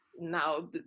now